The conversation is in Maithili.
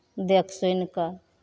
देख सुनि कऽ